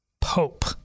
Pope